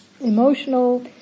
emotional